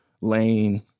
Lane